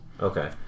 Okay